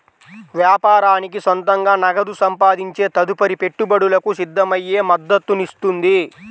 వ్యాపారానికి సొంతంగా నగదు సంపాదించే తదుపరి పెట్టుబడులకు సిద్ధమయ్యే మద్దతునిస్తుంది